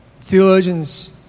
Theologians